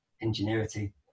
ingenuity